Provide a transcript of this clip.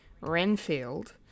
Renfield